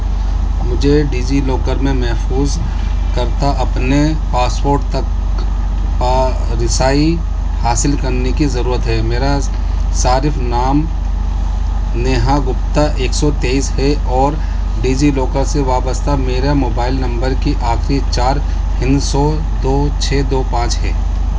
مجھے DigiLocker میں محفوظ کردہ اپنے پاسپوٹ تک پا رسائی حاصل کرنے کی ضرورت ہے میرا صارف نام نیہا گپتا ایک سو تیئیس ہے اور ڈیجی لاکر سے وابستہ میرا موبائل نمبر کی آخری چار ہندسوں دو چھ دو پانچ ہے